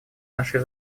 нашей